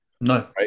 No